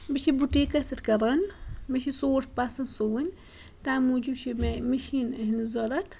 مےٚ چھِ بُٹیٖکَس سۭتۍ کَران مےٚ چھِ سوٹ پَسَنٛد سُوٕنۍ تَمہِ موٗجوٗب چھِ مےٚ مِشیٖن ہِنٛدِس ضوٚرَتھ